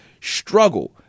struggle